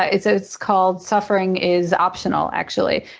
ah it's ah it's called suffering is optional, actually.